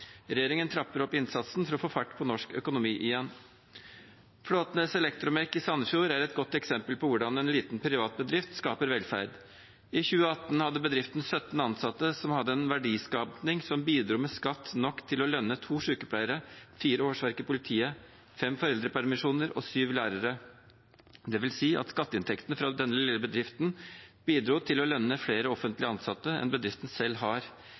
Regjeringen trapper opp innsatsen for å få fart på norsk økonomi igjen. Flåtnes Elektro-Mek i Sandefjord er et godt eksempel på hvordan en liten privat bedrift skaper velferd. I 2018 hadde bedriften 17 ansatte, som hadde en verdiskaping som bidro med skatt nok til å lønne to sykepleiere, fire årsverk i politiet, fem foreldrepermisjoner og syv lærere. Det vil si at skatteinntektene fra denne lille bedriften bidro til å lønne flere offentlig ansatte enn bedriften selv har,